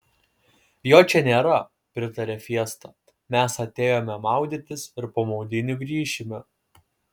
jo čia nėra pritarė fiesta mes atėjome maudytis ir po maudynių grįšime